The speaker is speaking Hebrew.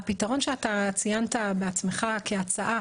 הפתרון שאתה ציינת בעצמך כהצעה,